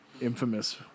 infamous